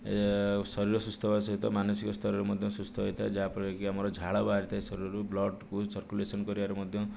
ଏ ଶରୀର ସୁସ୍ଥ ହେବା ସହିତ ମାନସିକ ସ୍ତରରେ ମଧ୍ୟ ସୁସ୍ଥ ହୋଇଥାଏ ଯାହା ଫଳରେକି ଆମର ଝାଳ ବାହାରିଥାଏ ଶରୀରରୁ ବ୍ଲଡ୍କୁ ସର୍କୁଲେସନ୍ କରିବାରେ ମଧ୍ୟ